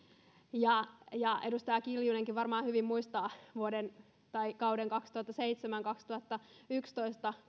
edustaja kiljunenkin varmaan hyvin muistaa kauden kaksituhattaseitsemän viiva kaksituhattayksitoista